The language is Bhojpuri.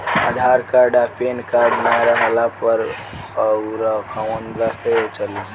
आधार कार्ड आ पेन कार्ड ना रहला पर अउरकवन दस्तावेज चली?